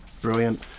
brilliant